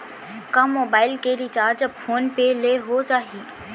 का मोबाइल के recharge PhonePe ले हो जाही?